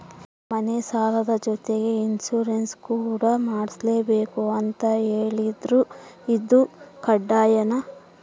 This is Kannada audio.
ಮನೆ ಸಾಲದ ಜೊತೆಗೆ ಇನ್ಸುರೆನ್ಸ್ ಕೂಡ ಮಾಡ್ಸಲೇಬೇಕು ಅಂತ ಹೇಳಿದ್ರು ಇದು ಕಡ್ಡಾಯನಾ?